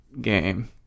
game